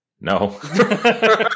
No